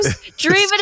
dreaming